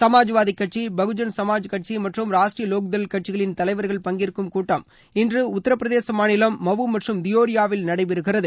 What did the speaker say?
சமாஜ்வாதி கட்சி பகுஜன் சமாஜ் கட்சி மற்றும் ராஷ்ட்ரிய வோக் தள் கட்சிகளின் தலைவர்கள் பங்கேற்கும் கூட்டம் இன்று உத்தரப்பிரதேச மாநிலம் மவு மற்றும் தியோரியாவில் நடைபெறுகிறது